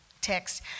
text